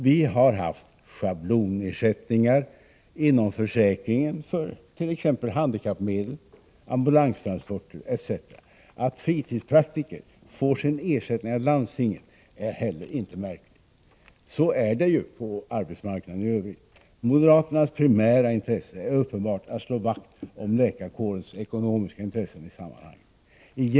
Vi har haft schablonersättningar inom försäkringen för t.ex. handikapphjälpmedel, ambulanstransporter, etc. Att fritidspraktiker får sin ersättning av landstingen är heller inte märkligt. På liknande sätt är det ju på arbetsmarknaden i övrigt. Moderaternas primära intresse är uppenbart att slå vakt om läkarkårens ekonomiska intressen i sammanhanget.